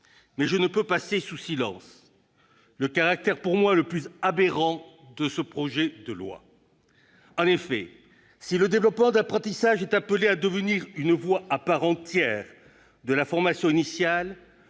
mais je ne peux passer sous silence le caractère, à mon sens, le plus aberrant de ce projet de loi. En effet, si le développement de l'apprentissage est appelé à devenir une voie à part entière de la formation initiale,